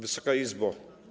Wysoka Izbo!